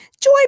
Joy